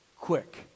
quick